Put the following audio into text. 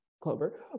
Clover